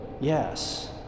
yes